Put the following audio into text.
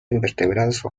invertebrados